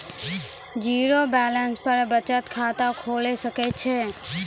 Zero balance पर बचत खाता खोले सकय छियै?